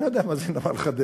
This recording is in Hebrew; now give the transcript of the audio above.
אני לא יודע מה זה נמל חדרה,